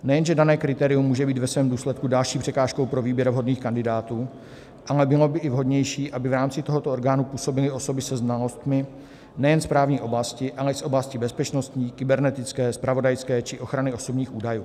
Nejen, že dané kritérium může být ve svém důsledku další překážkou pro výběr vhodných kandidátů, ale bylo by i vhodnější, aby v rámci tohoto orgánu působily osoby se znalostmi nejen z právní oblasti, ale i z oblasti bezpečnostní, kybernetické, zpravodajské či ochrany osobních údajů.